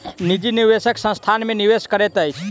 निजी निवेशक संस्थान में निवेश करैत अछि